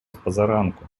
спозаранку